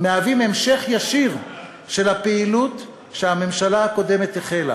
הוא המשך ישיר של הפעילות שהממשלה הקודמת החלה.